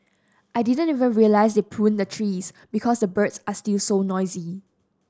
I didn't even realise they pruned the trees because the birds are still so noisy